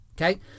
Okay